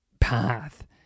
path